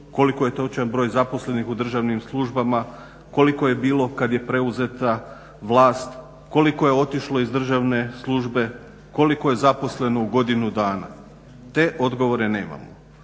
koliko je točan broj zaposlenih u državnim službama, koliko je bilo kad je preuzeta vlast, koliko je otišlo iz državne službe, kolik je zaposleno u godinu dana, te odgovore nemamo.